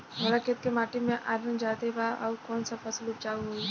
हमरा खेत के माटी मे आयरन जादे बा आउर कौन फसल उपजाऊ होइ?